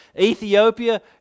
Ethiopia